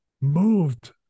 moved